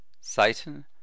Satan